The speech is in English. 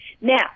Now